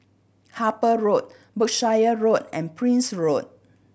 Harper Road Berkshire Road and Prince Road